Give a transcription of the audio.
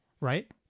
Right